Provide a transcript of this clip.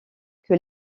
que